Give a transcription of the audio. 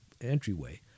entryway